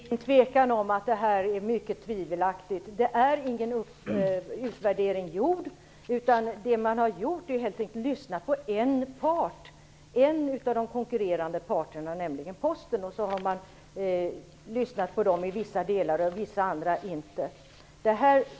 Fru talman! Det råder ingen tvekan om att detta är mycket tvivelaktigt. Det har inte gjorts någon utvärdering, utan vad man har gjort är att man har lyssnat på en av de konkurrerande parterna, nämligen Posten. Man har lyssnat i vissa delar men inte i andra.